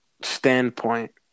standpoint